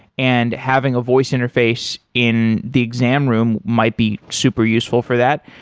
and having a voice interface in the exam room might be super useful for that.